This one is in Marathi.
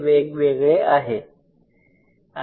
हे वेगवेगळे आहे